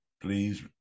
please